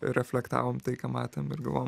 reflektavom tai ką matėm ir galvojom